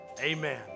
Amen